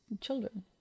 children